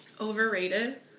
Overrated